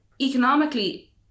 economically